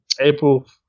April